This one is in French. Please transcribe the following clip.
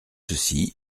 ceci